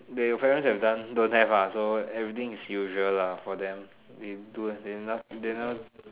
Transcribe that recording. that your parents have done don't have ah so everything is usual lah for them they